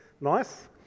nice